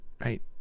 right